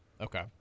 Okay